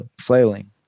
flailing